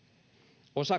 osa